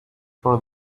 for